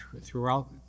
throughout